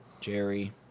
Jerry